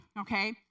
okay